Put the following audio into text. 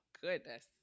Goodness